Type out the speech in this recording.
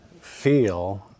feel